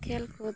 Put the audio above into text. ᱠᱷᱮᱞ ᱠᱩᱫ